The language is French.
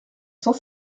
cent